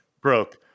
broke